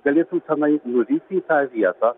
galėtų tenai nuvykti į tą vietą